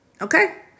Okay